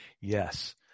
yes